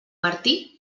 martí